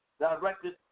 directed